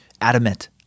adamant